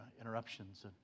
interruptions